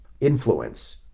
influence